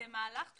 בעלי היתר עבודה,